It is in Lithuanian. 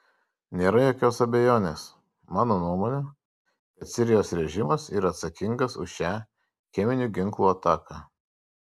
nėra jokios abejonės mano nuomone kad sirijos režimas yra atsakingas už šią cheminių ginklų ataką